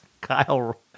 Kyle